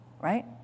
right